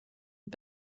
und